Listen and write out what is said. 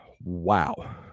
wow